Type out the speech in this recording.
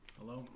Hello